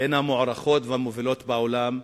מהחברות המוערכות והמובילות בעולם.